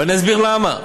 אסביר למה.